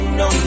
no